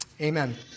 Amen